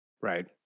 Right